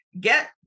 get